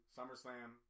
SummerSlam